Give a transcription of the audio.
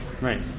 right